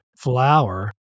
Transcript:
flower